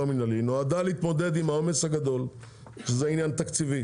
מנהלי נועדה להתמודד עם העומס הגדול (שזה עניין תקציבי